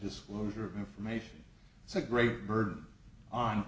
disclosure of information it's a great burden on